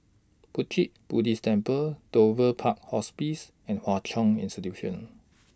Puat Jit Buddhist Temple Dover Park Hospice and Hwa Chong Institution